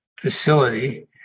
facility